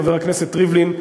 חבר הכנסת ריבלין,